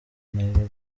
nairobi